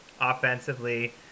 offensively